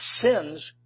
sins